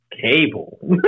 Cable